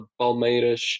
Palmeiras